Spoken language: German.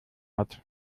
hat